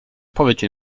pourquoi